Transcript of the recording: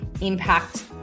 impact